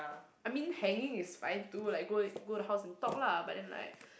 I mean hanging is I do like go go to house talk lah but then like